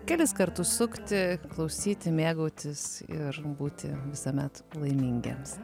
kelis kartus sukti klausyti mėgautis ir būti visuomet laimingiems